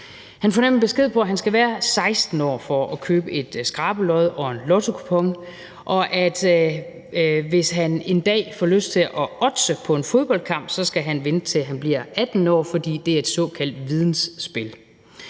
Han får nemlig besked på, at han skal være 16 år for at købe et skrabelod og en lottokupon, og at hvis han en dag får lyst til at oddse på en fodboldkamp, skal han vente, til han bliver 18 år, for det er et såkaldt vidensspil.